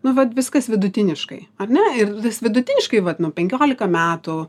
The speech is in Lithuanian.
nu vat viskas vidutiniškai ar ne ir vidutiniškai vat nu penkiolika metų